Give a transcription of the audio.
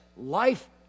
life